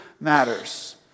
matters